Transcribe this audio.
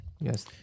Yes